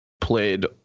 played